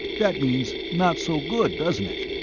that means not so good, doesn't it?